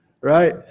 Right